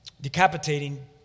decapitating